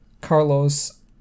Carlos